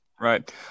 Right